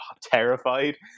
terrified